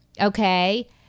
okay